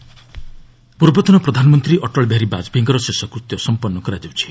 Vajpayee BJP ପୂର୍ବତନ ପ୍ରଧାନମନ୍ତ୍ରୀ ଅଟଳ ବିହାରୀ ବାଜପେୟୀଙ୍କର ଶେଷକୃତ୍ୟ ସମ୍ପନ୍ନ କରାଯାଉଛି